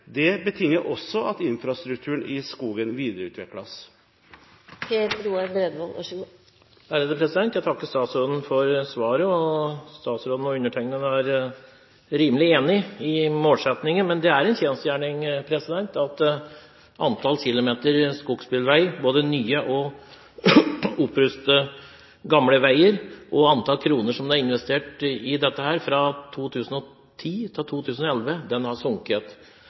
betinger også at infrastrukturen i skogen videreutvikles. Jeg takker statsråden for svaret. Statsråden og undertegnede er rimelig enig i målsettingen. Men det er en kjensgjerning – nr. 1 – at antall kilometer skogsbilvei, både nye veier og opprustede, gamle veier, og antall kroner som er investert i dette, har fra 2010 til 2011